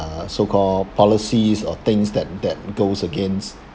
so-called policies or things that that goes against